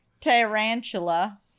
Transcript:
Tarantula